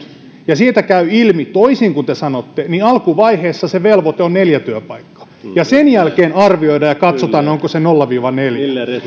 ja siitä käy ilmi toisin kuin te sanoitte että alkuvaiheessa se velvoite on neljä työpaikkaa ja sen jälkeen arvioidaan ja katsotaan onko se nolla viiva neljä